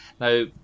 now